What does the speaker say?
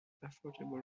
affordable